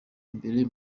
imbere